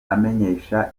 amenyesha